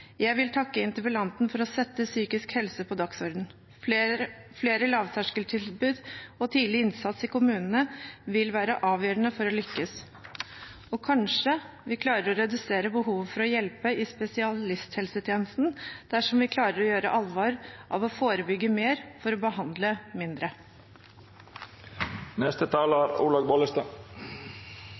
Jeg vil takke interpellanten for å sette psykisk helse på dagsordenen. Flere lavterskeltilbud og tidlig innsats i kommunene vil være avgjørende for å lykkes. Og kanskje vi klarer å redusere behovet for å hjelpe i spesialisthelsetjenesten dersom vi klarer å gjøre alvor av å forebygge mer for å behandle mindre.